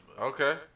Okay